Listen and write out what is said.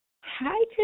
Hi